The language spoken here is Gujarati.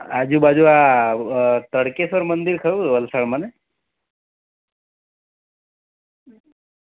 આજુબાજુ આ તડકેશ્વર મંદિર ખરું વલસાડમાં ને